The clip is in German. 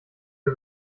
mir